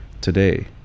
today